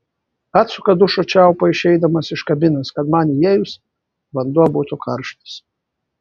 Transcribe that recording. atsuka dušo čiaupą išeidamas iš kabinos kad man įėjus vanduo būtų karštas